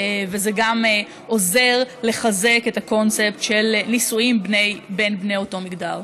וזה גם עוזר לחזק את הקונספט של נישואים בין בני אותו מגדר.